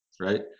Right